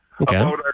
Okay